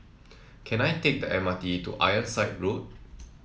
can I take the M R T to Ironside Road